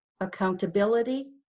accountability